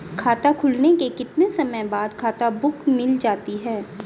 खाता खुलने के कितने समय बाद खाता बुक मिल जाती है?